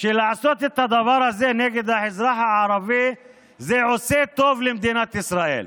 שלעשות את הדבר הזה נגד האזרח הערבי זה עושה טוב למדינת ישראל?